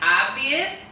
obvious